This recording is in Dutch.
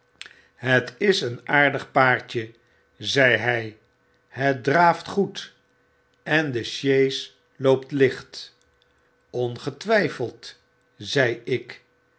het is een aardig paardje zei hy het draaft goed en de sjees loopt licht ongetwyfeld zei ik